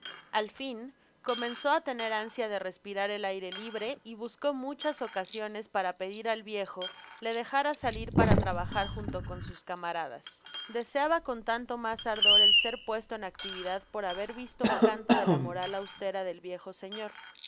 al fin comenzó á tener ansia de respirar el aire libre y buscó muchas ocasiones para pedir al viejo le dejará salir para trabajar junto con sus camaradas deseaba con tanto mas ardor el ser puesto en actividad por huber visto un canto de la moral austera del viejo señor